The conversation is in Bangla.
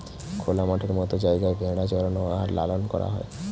খোলা মাঠের মত জায়গায় ভেড়া চরানো আর লালন করা হয়